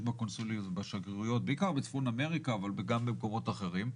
בקונסוליות ובשגרירויות בעיקר בצפון אמריקה אבל גם במקומות אחרים.